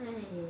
mm mm